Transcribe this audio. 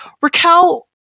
Raquel